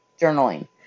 journaling